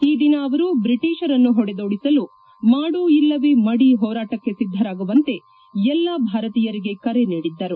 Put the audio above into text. ಈ ದಿನ ಅವರು ಬ್ರಿಟೀಷರನ್ನು ಹೊಡೆದೋಡಿಸಲು ಮಾಡು ಇಲ್ಲವೇ ಮಡಿ ಹೋರಾಟಕ್ಕೆ ಸಿದ್ದರಾಗುವಂತೆ ಎಲ್ಲಾ ಭಾರತೀಯರಿಗೆ ಕರೆ ನೀಡಿದ್ದರು